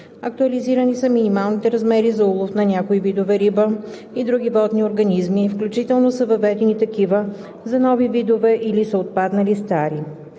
Актуализирани са минималните размери за улов на някои видове риба и други водни организми, включително са въведени такива за нови видове или са отпаднали стари.